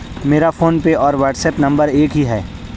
मेरा फोनपे और व्हाट्सएप नंबर एक ही है